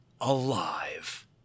alive